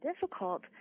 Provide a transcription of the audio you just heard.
difficult